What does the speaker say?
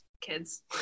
kids